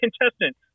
contestant